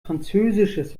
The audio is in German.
französisches